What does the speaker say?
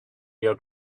your